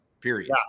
period